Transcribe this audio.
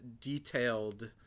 detailed